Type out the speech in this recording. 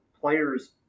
players